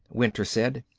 winter said.